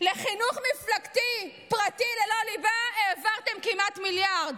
לחינוך מפלגתי פרטי ללא ליבה העברתם כמעט מיליארד,